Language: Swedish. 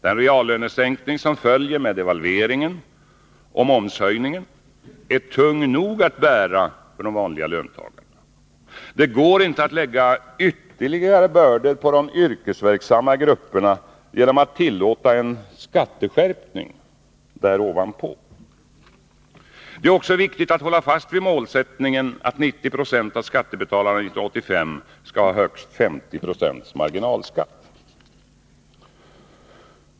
Den reallönesänkning som följer med devalveringen och momshöjningen är tung nog att bära för de vanliga löntagarna. Det går inte att lägga ytterligare bördor på de yrkesverksamma grupperna genom att tillåta en skatteskärpning. Det är också viktigt att hålla fast vid målsättningen att 90 20 av skattebetalarna 1985 skall ha högst 50 26 marginalskatt.